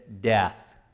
death